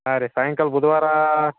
ಹಾ ರಿ ಸಾಯಂಕಾಲ ಬುಧ್ವಾರ